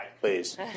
Please